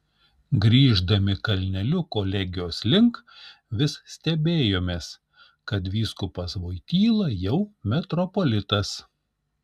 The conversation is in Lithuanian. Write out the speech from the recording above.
grįždami kalneliu kolegijos link vis stebėjomės kad vyskupas voityla jau metropolitas